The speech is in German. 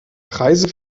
preise